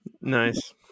Nice